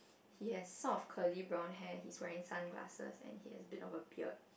he has sort of curly brown hair he's wearing sunglasses and he has a bit of a beard